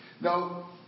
Now